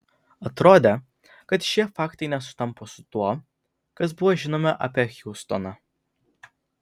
atrodė kad šie faktai nesutampa su tuo kas buvo žinoma apie hiustoną